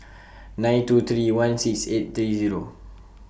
nine two three one six eight three Zero